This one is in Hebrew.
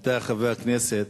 עמיתי חברי הכנסת,